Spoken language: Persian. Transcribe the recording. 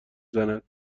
زند